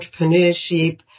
entrepreneurship